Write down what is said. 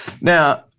Now